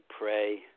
pray